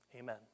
Amen